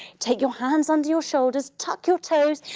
take your hands under your shoulders, tuck your toes,